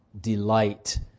delight